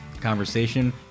conversation